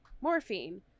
morphine